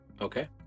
Okay